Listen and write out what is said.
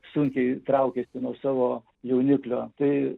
sunkiai traukiasi nuo savo jauniklio tai